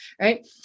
right